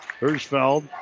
Hirschfeld